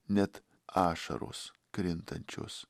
net ašaros krintančios